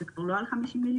זה כבר לא על 50 מיליון.